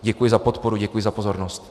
Děkuji za podporu, děkuji za pozornost.